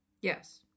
Yes